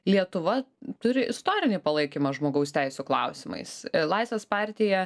lietuva turi istorinį palaikymą žmogaus teisių klausimais laisvės partija